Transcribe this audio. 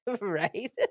Right